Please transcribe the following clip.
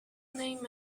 name